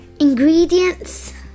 Ingredients